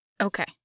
Okay